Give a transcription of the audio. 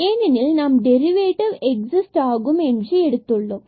ஏனெனில் நாம் derivative exist ஆகும் என்று எடுத்துள்ளோம்